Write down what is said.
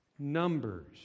Numbers